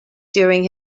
during